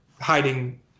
hiding